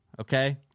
okay